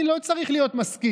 אני לא צריך להיות משכיל,